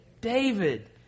David